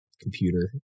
computer